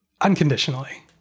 unconditionally